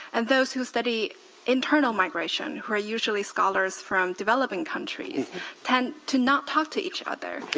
and those who study internal migration who are usually scholars from developing countries tend to not talk to each other.